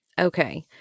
Okay